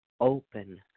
open